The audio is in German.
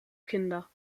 kinder